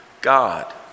God